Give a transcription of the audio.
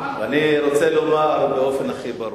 אני רוצה לומר באופן הכי ברור,